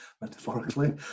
metaphorically